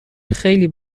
خیلی